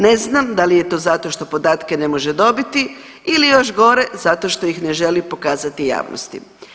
Ne znam da li je to zato što podatke ne može dobiti ili još gore zato što ih ne želi pokazati javnosti.